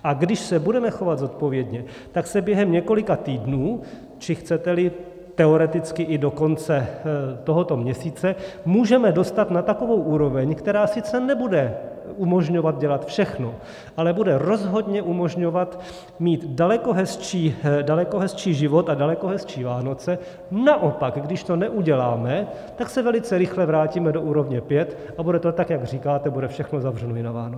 A když se budeme chovat zodpovědně, tak se během několika týdnů, či chceteli, teoreticky i do konce tohoto měsíce můžeme dostat na takovou úroveň, která sice nebude umožňovat dělat všechno, ale bude rozhodně umožňovat mít daleko hezčí život a daleko hezčí Vánoce, naopak když to neuděláme, tak se velice rychle vrátíme do úrovně pět, a bude to tak, jak říkáte, bude všechno na Vánoce zavřené.